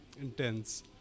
intense